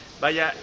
Vaya